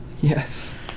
yes